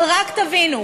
אבל רק תבינו,